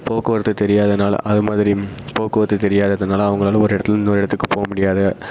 போக்குவரத்து தெரியாதனால அதுமாதிரி போக்குவரத்து தெரியாததுனால அவங்களால ஒரு இடத்துல இருந்து இன்னொரு இடத்துக்கு போ முடியாது